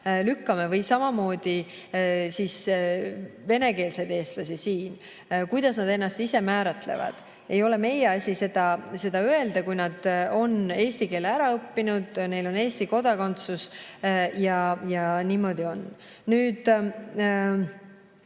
lükkame? Samamoodi siinseid venekeelseid eestlasi. Kuidas nad ennast ise määratlevad? Ei ole meie asi seda öelda, kui nad on eesti keele ära õppinud ja neil on Eesti kodakondsus. Niimoodi on.